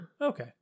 Okay